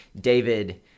David